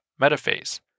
metaphase